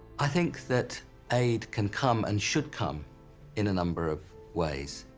i think that aid can come and should come in a number of ways.